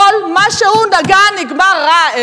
כל מה שהוא נגע בו נגמר רע.